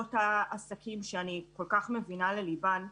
בעלות הגנים שאני מבינה לליבן.